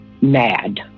mad